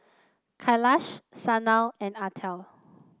Kailash Sanal and Atal